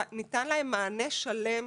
ניתן להם מענה שלם,